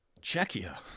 Czechia